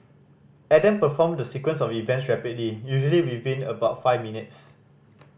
Adam performed the sequence of events rapidly usually within about five minutes